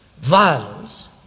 violence